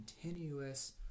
continuous